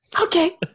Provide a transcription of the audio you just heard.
Okay